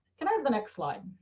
can i have the next slide.